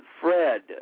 Fred